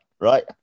right